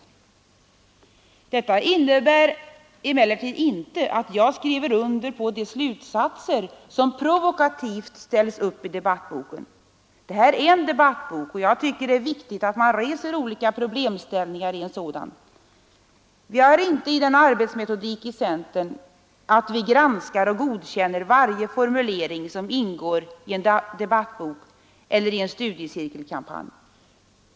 Men det innebär inte att jag skriver under på de slutsatser som provokativt ställs upp i debattboken. Detta är en debattbok, och jag tycker det är viktigt att man i en sådan bok reser olika problemställningar. Vi har inte den arbetsmetodiken i centern att vi granskar och godkänner varje formulering som ingår i en debattbok eller i en studiecirkelkampanj.